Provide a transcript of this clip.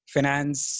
Finance